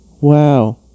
Wow